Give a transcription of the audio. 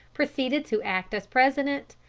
proceeded to act as president,